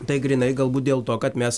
tai grynai galbūt dėl to kad mes